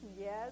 Yes